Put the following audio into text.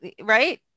right